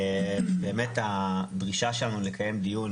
באמת הדרישה שלנו לקיים דיון